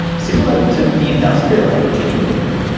similar to the industrial age in england.